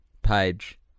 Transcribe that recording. Page